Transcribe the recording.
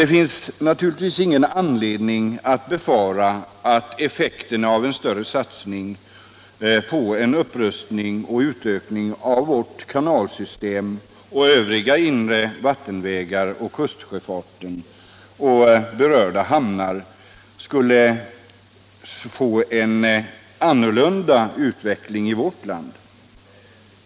Det finns ingen anledning att befara att effekterna av en större satsning på en upprustning och utökning av kanalsystem och övriga inre vattenvägar och av kustsjöfart och berörda hamnar skulle få en annorlunda utveckling i vårt land.